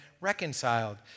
reconciled